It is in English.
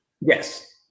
yes